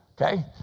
Okay